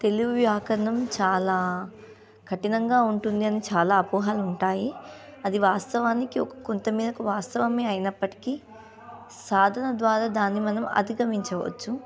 తెలుగు వ్యాకరణం చాలా కఠినంగా ఉంటుంది అని చాలా అపోహలు ఉంటాయి అది వాస్తవానికి ఒక కొంతమేరకు వాస్తవమే అయినప్పటికీ సాధన ద్వారా దాన్ని మనం అధిగమించవచ్చు